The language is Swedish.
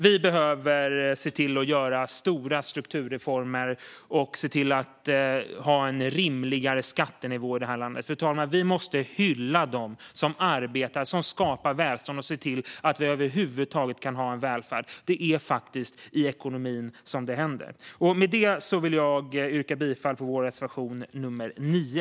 Vi behöver göra stora strukturreformer och ha en rimligare skattenivå i detta land. Vi måste hylla dem som arbetar och som skapar välstånd och ser till att vi över huvud taget har en välfärd. Det är faktiskt i ekonomin som det händer. Jag vill yrka bifall till vår reservation nr 9.